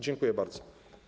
Dziękuję bardzo.